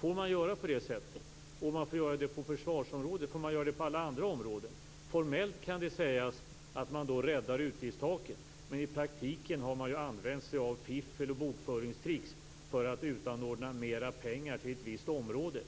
Får man göra på det sättet? Om man får göra det på försvarsområdet, får man då göra det på alla andra områden? Formellt kan det sägas att man räddar utgiftstaket. Men i praktiken har man ju använt sig av fiffel och bokföringstricks för att utanordna mer pengar till ett visst område.